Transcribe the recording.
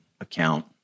account